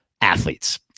athletes